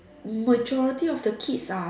majority of the kids are